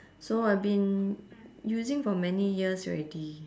so I've been using for many years already